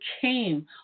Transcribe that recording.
came